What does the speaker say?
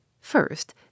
first